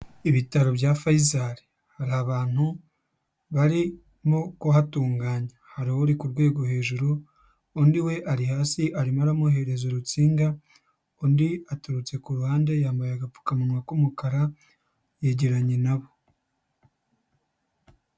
Ibitaro bya Fayizari hari abantu barimo kuhatunganya, hari uri ku rwego hejuru, undi we ari hasi arimo aramuhereza urutsinga, undi aturutse ku ruhande yambaye agapfukamunwa k'umukara yegeranye nabo.